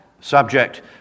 Subject